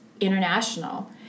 international